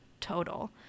total